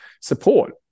support